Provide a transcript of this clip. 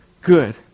good